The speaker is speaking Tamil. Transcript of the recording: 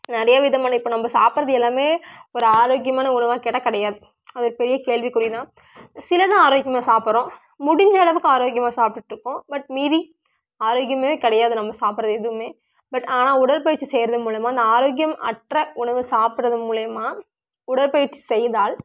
நிறைய விதமான இப்போ நம்ம சாப்பிட்றது எல்லாம் ஒரு ஆரோக்கியமான உணவான்னு கேட்டால் கிடையாது அது ஒரு பெரிய கேள்விக்குறி தான் சில தான் ஆரோக்கியமாக சாப்பிட்றோம் முடிஞ்ச அளவுக்கு ஆரோக்கியமாக சாப்பிட்டுட்டு இருக்கோம் பட் மீதி ஆரோக்கியமே கிடையாது நம்ம சாப்பிட்றது எதுவும் பட் ஆனால் உடற்பயிற்சி செய்கிறது மூலமாக அந்த ஆரோக்கியம் அற்ற உணவ சாப்பிட்றது மூலிமா உடற்பயிற்சி செய்தால்